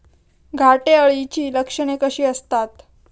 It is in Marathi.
घाटे अळीची लक्षणे कशी असतात?